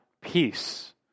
peace